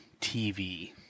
TV